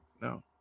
no